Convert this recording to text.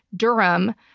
durham,